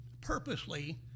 purposely